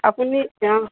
আপুনি তেও